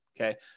Okay